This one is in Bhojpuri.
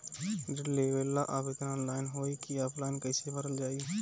ऋण लेवेला आवेदन ऑनलाइन होई की ऑफलाइन कइसे भरल जाई?